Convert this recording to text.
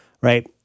right